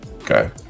Okay